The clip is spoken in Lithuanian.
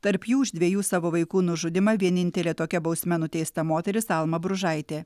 tarp jų už dviejų savo vaikų nužudymą vienintelė tokia bausme nuteista moteris alma bružaitė